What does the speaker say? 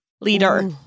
leader